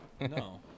No